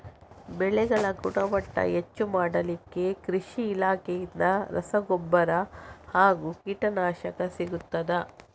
ಬೆಳೆಗಳ ಗುಣಮಟ್ಟ ಹೆಚ್ಚು ಮಾಡಲಿಕ್ಕೆ ಕೃಷಿ ಇಲಾಖೆಯಿಂದ ರಸಗೊಬ್ಬರ ಹಾಗೂ ಕೀಟನಾಶಕ ಸಿಗುತ್ತದಾ?